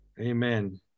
Amen